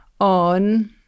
on